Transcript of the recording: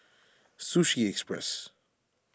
Sushi Express